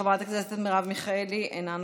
חברת הכנסת מרב מיכאלי, אינה נוכחת.